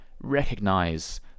recognize